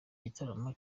gitaramo